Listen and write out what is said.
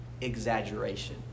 exaggeration